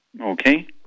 Okay